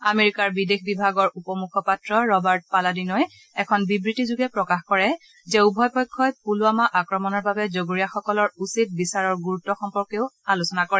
আমেৰিকাৰ বিদেশ বিভাগৰ উপ মুখপাত্ৰ ৰবাৰ্ট পালাদিনই এখন বিবৃতিযোগে প্ৰকাশ কৰে যে উভয় পক্ষই পুলৱামা আক্ৰমণৰ বাবে জগৰীয়াসকলৰ উচিত বিচাৰৰ গুৰুতু সম্পৰ্কেও আলোচনা কৰে